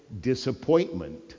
disappointment